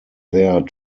there